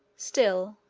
still,